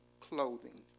clothing